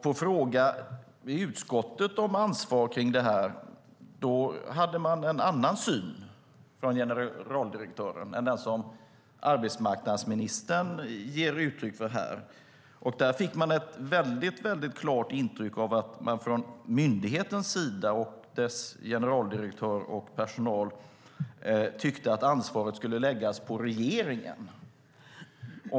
På fråga i utskottet om ansvar för detta hade generaldirektören en annan syn än den som arbetsmarknadsministern ger uttryck för här. Där fick jag ett väldigt klart intryck av att man från myndighetens sida, dess generaldirektör och personal tyckte att ansvaret skulle läggas på regeringen.